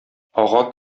ага